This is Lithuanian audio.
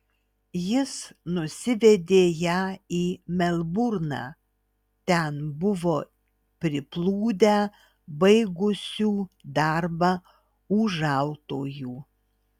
jis nusivedė ją į melburną ten buvo priplūdę baigusių darbą ūžautojų